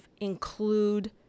include